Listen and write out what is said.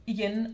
Igen